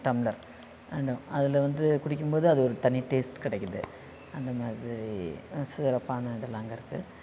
tumbler and அதில் வந்து குடிக்கும் போது அது ஒரு தனி டெஸ்ட் கிடைக்குது அந்த மாதிரி சிறப்பான இதெலாம் அங்கே இருக்குது